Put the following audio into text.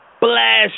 Blast